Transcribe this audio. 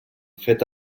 fet